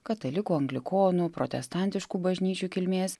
katalikų anglikonų protestantiškų bažnyčių kilmės